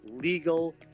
legal